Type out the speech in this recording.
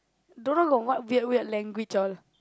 don't know got what weird weird language all